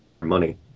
money